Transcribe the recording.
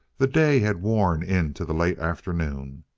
the day had worn into the late afternoon.